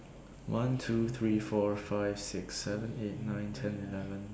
one two three four five six seven eight nine ten eleven